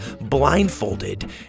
blindfolded